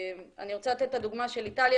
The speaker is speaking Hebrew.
אני רוצה לתת את הדוגמה של איטליה